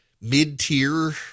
mid-tier